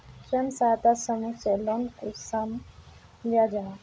स्वयं सहायता समूह से लोन कुंसम लिया जाहा?